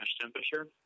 temperature